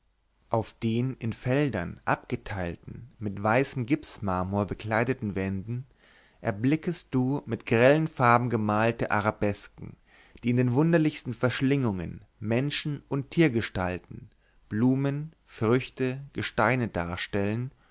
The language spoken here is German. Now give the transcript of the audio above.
auf den in felder abgeteilten mit weißem gipsmarmor bekleideten wänden erblickest du mit grellen farben gemalte arabesken die in den wunderlichsten verschlingungen menschen und tiergestalten blumen früchte gesteine darstellen